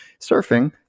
surfing